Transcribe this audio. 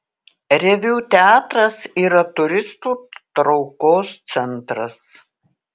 reviu teatras yra turistų traukos centras